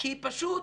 כי פשוט